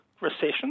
recession